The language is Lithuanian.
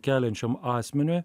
keliančiam asmeniui